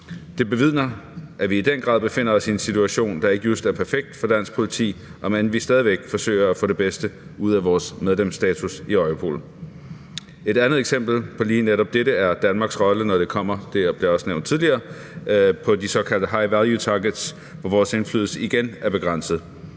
Det bevidner, at vi i den grad befinder os i en situation, der ikke just er perfekt for dansk politi, omend vi stadig væk forsøger at få det bedste ud af vores medlemsstatus i Europol. Endnu et eksempel på lige netop dette er Danmarks rolle, når det kommer til de såkaldte high value targets – det blev også nævnt